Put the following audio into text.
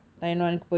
oh